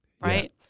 Right